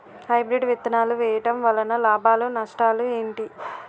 Hybrid విత్తనాలు వేయటం వలన లాభాలు నష్టాలు ఏంటి?